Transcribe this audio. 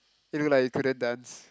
you looked like you couldn't dance